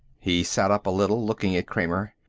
he sat up a little, looking at kramer.